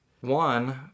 One